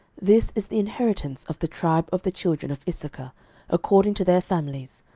this is the inheritance of the tribe of the children of issachar according to their families,